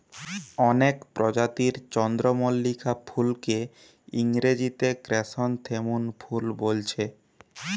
অনেক প্রজাতির চন্দ্রমল্লিকা ফুলকে ইংরেজিতে ক্র্যাসনথেমুম ফুল বোলছে